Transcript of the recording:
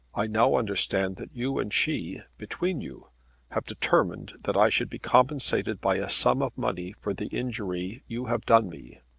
i now understand that you and she between you have determined that i should be compensated by a sum of money for the injury you have done me!